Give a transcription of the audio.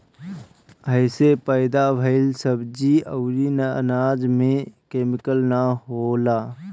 एसे पैदा भइल सब्जी अउरी अनाज में केमिकल ना होला